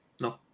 No